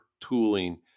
tooling